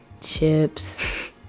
chips